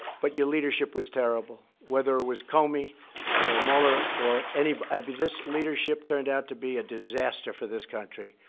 but your leadership was terrible, whether it was comey or mueller or anybody. i mean, this leadership turned out to be a disaster for this country,